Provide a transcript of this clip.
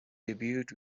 debuted